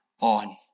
on